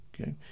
Okay